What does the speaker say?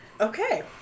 Okay